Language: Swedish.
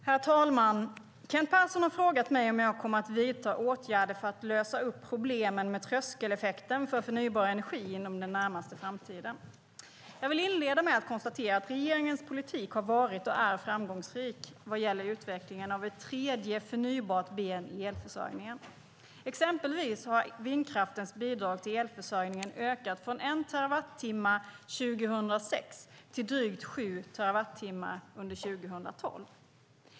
Herr talman! Kent Persson har frågat mig om jag kommer att vidta åtgärder för att lösa upp problemen med tröskeleffekten för förnybar energi inom den närmaste framtiden. Jag vill inleda med att konstatera att regeringens politik har varit och är framgångsrik vad gäller utvecklingen av ett tredje, förnybart ben i elförsörjningen. Exempelvis har vindkraftens bidrag till elförsörjningen ökat från 1 terawattimme 2006 till drygt 7 terawattimmar under 2012.